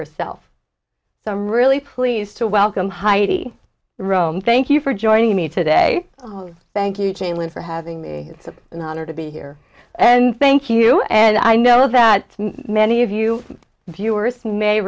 herself so i'm really pleased to welcome heidi rome thank you for joining me today thank you jane lynn for having me it's an honor to be here and thank you and i know that many of you viewers may